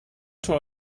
tar